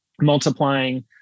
multiplying